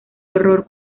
horror